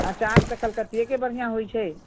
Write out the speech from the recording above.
अचार तऽ कलकतियेके बढ़िआँ होइत छै